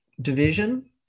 division